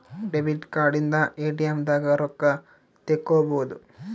debit card ಇಂದ ATM ದಾಗ ರೊಕ್ಕ ತೆಕ್ಕೊಬೋದು